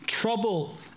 trouble